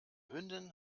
hündin